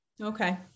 Okay